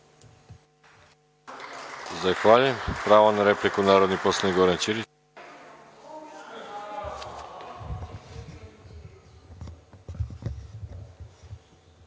Zahvaljujem. Pravo na repliku narodni poslanik Goran Ćirić.